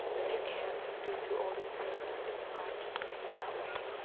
if you can't due to all the seams, it's fine just leave it that way